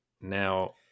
Now